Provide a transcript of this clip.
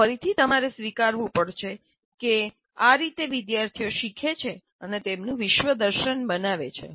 ફરીથી તમારે સ્વીકારવું પડશે કે આ રીતે વિદ્યાર્થીઓ શીખે છે અને તેમનું વિશ્વદર્શન બનાવે છે